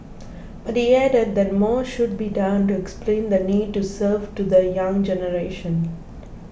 but he added that more should be done to explain the need to serve to the young generation